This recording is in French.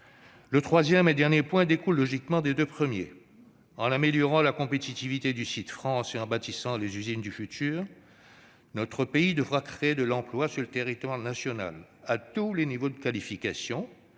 Le dernier point découle logiquement des deux premiers : en améliorant la compétitivité du site France et en bâtissant les usines du futur, notre pays devra créer de l'emploi sur le territoire national à tous les niveaux de qualification